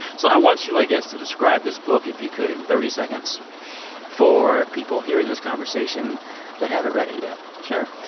so i want you, i guess, to describe this book, if you could, in thirty seconds for people hearing this conversation that haven't read it yet sure.